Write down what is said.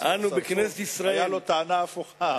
היתה לו טענה הפוכה.